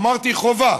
אמרתי: חובה.